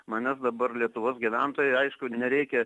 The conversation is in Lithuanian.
manęs dabar lietuvos gyventojai aišku nereikia